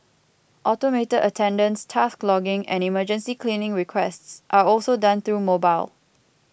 automated attendance task logging and emergency cleaning requests are also done through mobile